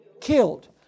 killed